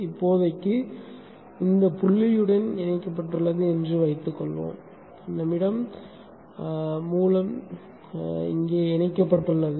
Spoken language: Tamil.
இப்போதைக்கு இது இந்த புள்ளியுடன் இணைக்கப்பட்டுள்ளது என்று வைத்துக்கொள்வோம் எங்களிடம் ஆதாரம் இங்கே இணைக்கப்பட்டுள்ளது